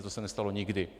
To se nestalo nikdy.